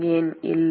ஏன் இல்லை